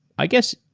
i guess,